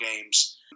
games